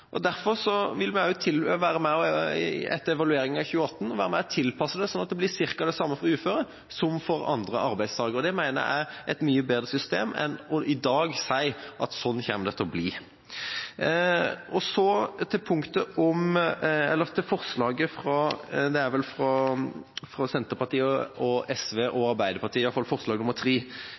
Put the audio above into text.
er derfor de er uføre. Derfor vil vi, etter evalueringa i 2018, være med og tilpasse det sånn at det blir ca. det samme for uføre som for andre arbeidstakere, og det mener jeg er et mye bedre system enn i dag å si at sånn kommer det til å bli. Så til forslaget fra Arbeiderpartiet, Senterpartiet og SV, forslag